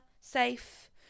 safe